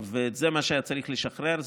את זה היה צריך לשחרר.